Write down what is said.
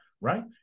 Right